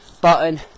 button